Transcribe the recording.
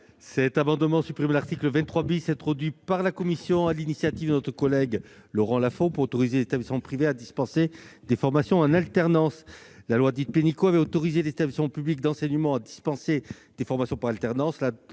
Cet amendement tend à supprimer l'article 23 introduit par la commission, sur l'initiative de notre collègue Laurent Lafon, pour autoriser les établissements privés à dispenser des formations en alternance. La loi Pénicaud avait autorisé les établissements publics d'enseignement à dispenser des formations en alternance.